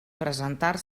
presentar